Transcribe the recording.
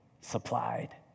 supplied